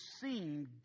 seen